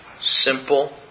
simple